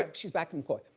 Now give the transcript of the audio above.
um she's back from court,